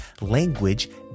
language